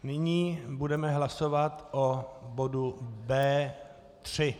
Nyní budeme hlasovat o bodu B3.